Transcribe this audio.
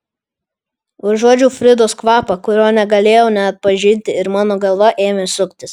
užuodžiau fridos kvapą kurio negalėjau neatpažinti ir mano galva ėmė suktis